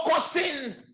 focusing